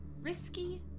risky